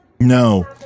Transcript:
No